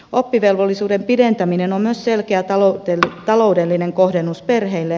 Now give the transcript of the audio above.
oppivelvollisuuden pidentäminen on myös selkeä taloudellinen kohdennus perheille